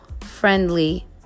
friendly